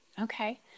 okay